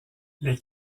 les